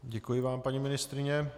Děkuji vám, paní ministryně.